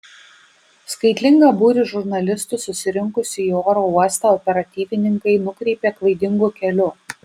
skaitlingą būrį žurnalistų susirinkusių į oro uostą operatyvininkai nukreipė klaidingu keliu